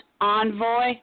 envoy